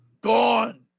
Gone